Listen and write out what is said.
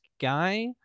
guy